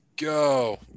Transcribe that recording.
Go